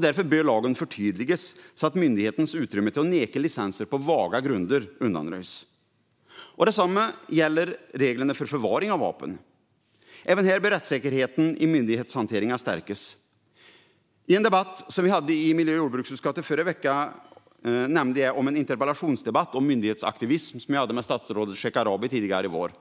Därför bör lagen förtydligas så att myndighetens utrymme att neka licenser på vaga grunder undanröjs. Detsamma gäller reglerna för förvaring av vapen. Även här bör rättssäkerheten i myndighetshanteringen stärkas. I en debatt vi hade i miljö och jordbruksutskottet förra veckan nämnde jag en interpellationsdebatt om myndighetsaktivism som jag hade med statsrådet Shekarabi tidigare i våras.